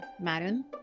madam